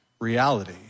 reality